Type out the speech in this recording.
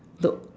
though